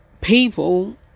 people